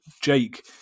Jake